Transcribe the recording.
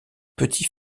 petit